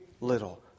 little